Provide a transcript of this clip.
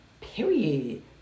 Period